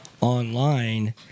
online